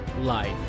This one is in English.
life